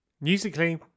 musically